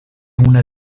una